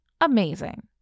amazing